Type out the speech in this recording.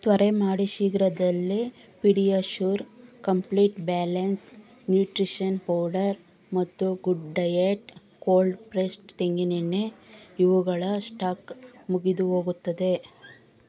ತ್ವರೆ ಮಾಡಿ ಶೀಘ್ರದಲ್ಲೇ PediaSure complete balanced nutrition powder ಮತ್ತು ಗುಡ್ ಡಯೆಟ್ ಕೋಲ್ಡ್ ಪ್ರೆಸ್ಡ್ ತೆಂಗಿನೆಣ್ಣೆಇವುಗಳ ಸ್ಟಾಕ್ ಮುಗಿದು ಹೋಗುತ್ತದೆ